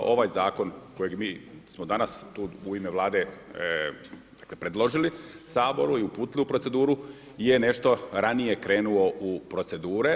Ovaj Zakon kojeg mi smo danas tu u ime Vlade predložili Saboru i uputili u proceduru je nešto ranije krenuo u procedure.